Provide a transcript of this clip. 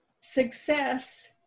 success